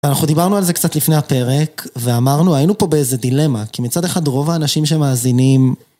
אנחנו דיברנו על זה קצת לפני הפרק ואמרנו היינו פה באיזה דילמה כי מצד אחד רוב האנשים שמאזינים